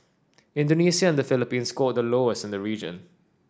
Indonesia and the Philippines scored the lowest in the region